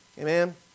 Amen